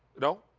no?